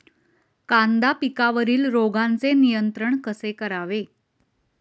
कांदा पिकावरील रोगांचे नियंत्रण कसे करावे?